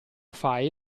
file